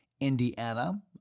Indiana